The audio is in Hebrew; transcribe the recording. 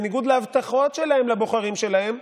בניגוד להבטחות שלהם לבוחרים שלהם,